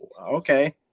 okay